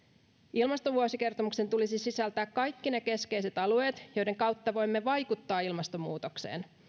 ilmastovuosikertomuksen tulisi sisältää kaikki ne keskeiset alueet joiden kautta voimme vaikuttaa ilmastonmuutokseen